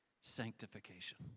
sanctification